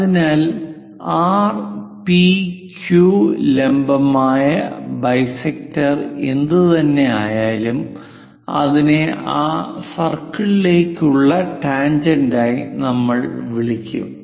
അതിനാൽ R P Q ലംബമായ bisector എന്തുതന്നെയായാലും അതിനെ ആ സർക്കിളിലേക്കുള്ള ഒരു ടാൻജെന്റായി നമ്മൾ വിളിക്കും